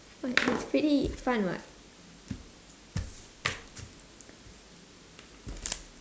but it's pretty fun [what]